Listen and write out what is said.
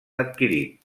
adquirit